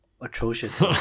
atrocious